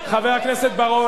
משוגעים.